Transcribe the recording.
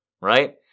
right